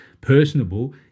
personable